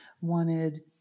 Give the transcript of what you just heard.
wanted